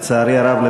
לצערי הרב,